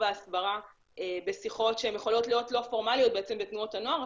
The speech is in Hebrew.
והסברה בשיחות שיכולות להיות לא פורמליות בתנועות הנוער,